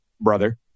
brother